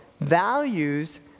values